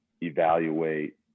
evaluate